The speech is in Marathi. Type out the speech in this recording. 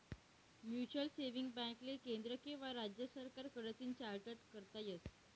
म्युचलसेविंग बॅकले केंद्र किंवा राज्य सरकार कडतीन चार्टट करता येस